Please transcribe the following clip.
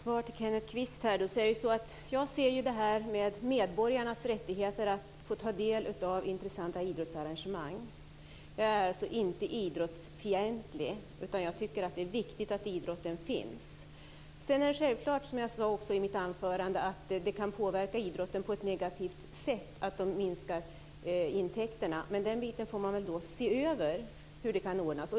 Fru talman! Som svar till Kenneth Kvist vill jag säga att jag ser medborgarnas rättigheter att få ta del av intressanta idrottsarrangemang. Jag är alltså inte idrottsfientlig utan tycker att det är viktigt att idrotten finns. Sedan är det självklart, som jag också sade i mitt anförande, att det kan påverka idrotten på ett negativt sätt om intäkterna minskar. Men man får väl se över hur den biten kan ordnas.